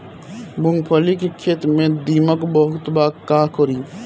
मूंगफली के खेत में दीमक बहुत बा का करी?